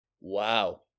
Wow